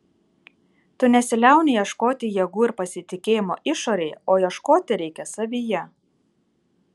tu nesiliauni ieškoti jėgų ir pasitikėjimo išorėje o ieškoti reikia savyje